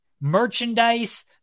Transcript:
Merchandise